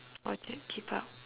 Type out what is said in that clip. orchard keep out